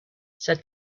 said